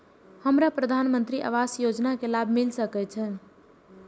हमरा प्रधानमंत्री आवास योजना के लाभ मिल सके छे?